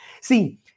See